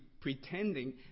pretending